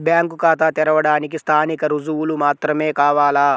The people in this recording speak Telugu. బ్యాంకు ఖాతా తెరవడానికి స్థానిక రుజువులు మాత్రమే కావాలా?